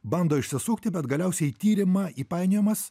bando išsisukti bet galiausiai į tyrimą įpainiojamas